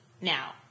now